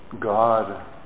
God